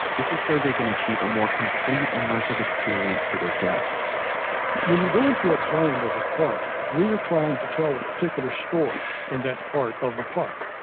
this is so they can achieve a more complete immersive experience for their guests when you go into a zone of a park, we are trying to tell a particular story in that part of the park.